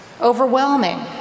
overwhelming